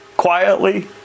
quietly